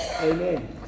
Amen